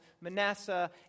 Manasseh